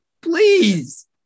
Please